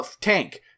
tank